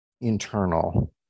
internal